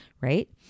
right